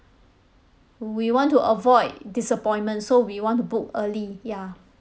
we want to avoid disappointment so we want to book early ya